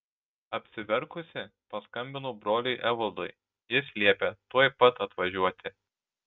apsiverkusi paskambinau broliui evaldui jis liepė tuoj pat atvažiuoti